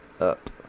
up